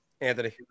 Anthony